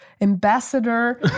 Ambassador